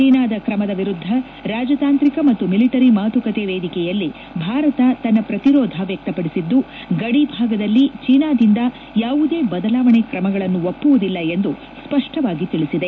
ಚೀನಾದ ಕ್ರಮದ ವಿರುದ್ದ ರಾಜತಾಂತ್ರಿಕ ಮತ್ತು ಮಿಲಿಟರಿ ಮಾತುಕತೆ ವೇದಿಕೆಯಲ್ಲಿ ಭಾರತ ತನ್ನ ಪ್ರತಿರೋಧ ವ್ಯಕ್ತಪಡಿಸಿದ್ದು ಗಡಿ ಭಾಗದಲ್ಲಿ ಚೀನಾದಿಂದ ಯಾವುದೇ ಬದಲಾವಣೆ ಕ್ರಮಗಳನ್ನು ಒಪ್ಪುವುದಿಲ್ಲ ಎಂದು ಸ್ಪಷ್ಟವಾಗಿ ತಿಳಿಸಿದೆ